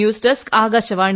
news desk Akashvani